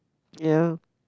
ya